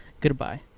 Goodbye